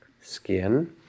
skin